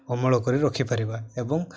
ଅମଳ କରି ରଖିପାରିବା ଏବଂ